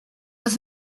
was